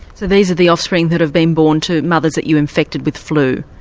so these are the offspring that have been born to mothers that you infected with flu?